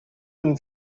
een